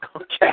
Okay